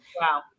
Wow